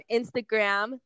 Instagram